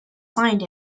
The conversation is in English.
signed